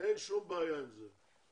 אין שום בעיה עם זה.